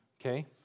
okay